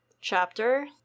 chapter